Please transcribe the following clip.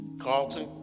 Carlton